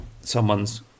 someone's